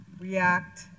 react